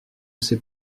ces